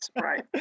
Right